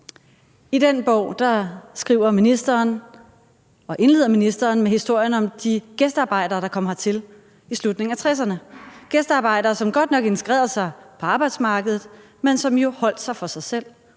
I den bog indleder ministeren med historien om de gæstearbejdere, der kom hertil i slutningen af 1960'erne, og som godt nok integrerede sig på arbejdsmarkedet, men som jo holdt sig for sig selv,